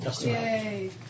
Yay